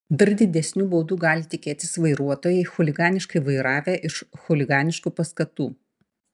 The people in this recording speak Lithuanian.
dar didesnių baudų gali tikėtis vairuotojai chuliganiškai vairavę iš chuliganiškų paskatų